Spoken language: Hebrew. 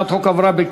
א.